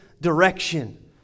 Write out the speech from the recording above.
direction